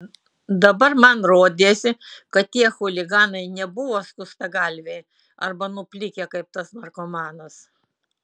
dabar man rodėsi kad tie chuliganai nebuvo skustagalviai arba nuplikę kaip tas narkomanas